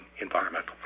environmental